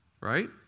Right